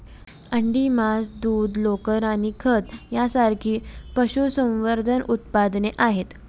अंडी, मांस, दूध, लोकर आणि खत यांसारखी पशुसंवर्धन उत्पादने आहेत